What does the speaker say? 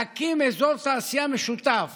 להקים אזור תעשייה משותף